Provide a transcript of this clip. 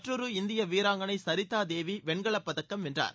மற்றொரு இந்திய வீராங்கனை சரிதா தேவி வெண்கலப்பதக்கம் வென்றார்